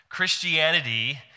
Christianity